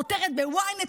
כותרת ב-ynet,